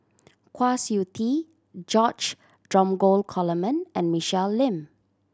Kwa Siew Tee George Dromgold Coleman and Michelle Lim